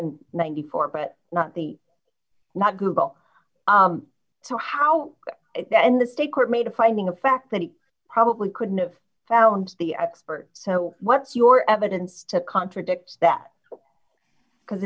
and ninety four dollars but not the not google so how can the state court made a finding of fact that he probably couldn't have found the expert so what's your evidence to contradict that because